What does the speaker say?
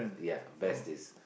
ya besties